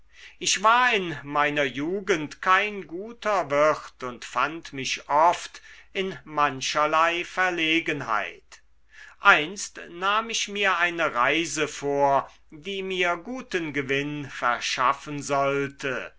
ich war in meiner jugend kein guter wirt und fand mich oft in mancherlei verlegenheit einst nahm ich mir eine reise vor die mir guten gewinn verschaffen sollte